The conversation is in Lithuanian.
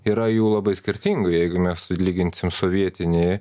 yra jų labai skirtingų jeigu mes lyginsim sovietinį